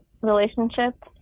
relationship